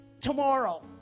tomorrow